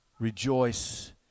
rejoice